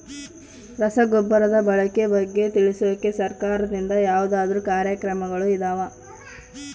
ರಸಗೊಬ್ಬರದ ಬಳಕೆ ಬಗ್ಗೆ ತಿಳಿಸೊಕೆ ಸರಕಾರದಿಂದ ಯಾವದಾದ್ರು ಕಾರ್ಯಕ್ರಮಗಳು ಇದಾವ?